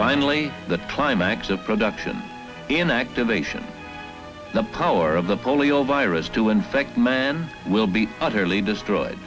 finally the climax of production in activation the power of the polio virus to infect man will be utterly destroyed